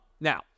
Now